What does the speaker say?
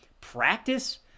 practice